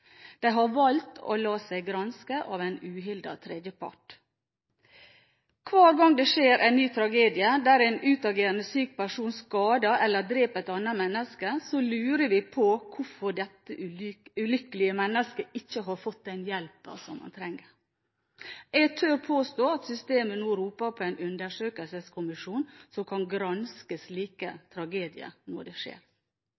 De har valgt å la seg granske av en uhildet tredjepart. Hver gang det skjer en ny tragedie der en utagerende, syk person skader eller dreper et annet menneske, lurer vi på hvorfor dette ulykkelige mennesket ikke har fått den hjelpen som det trenger. Jeg tør påstå at systemet nå roper på en undersøkelseskommisjon som kan granske slike